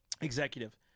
executive